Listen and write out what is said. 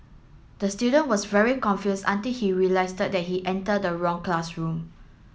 the student was very confused until he realised that he entered the wrong classroom